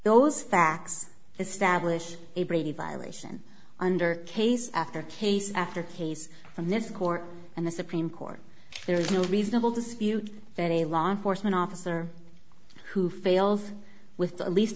those facts establish a brady violation under case after case after case from this court and the supreme court there is no reasonable dispute that a law enforcement officer who fails with the least